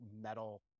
metal